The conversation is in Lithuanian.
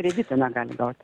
kredito negali gaut